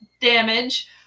damage